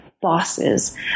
bosses